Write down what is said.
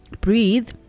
Breathe